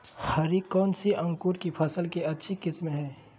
हरी कौन सी अंकुर की फसल के अच्छी किस्म है?